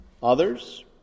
Others